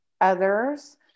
others